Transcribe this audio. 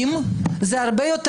אלה לא רק מינויים,